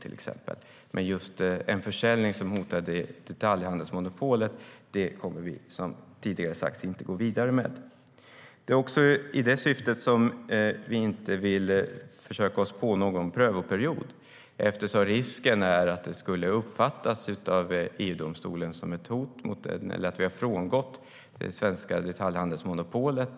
Men just en försäljning som hotar detaljhandelsmonopolet kommer vi som tidigare sagts inte att gå vidare med. Det är i det syftet som vi inte vill försöka oss på någon prövoperiod, eftersom risken är att det av EU-domstolen skulle uppfattas som att vi har frångått det svenska detaljhandelsmonopolet.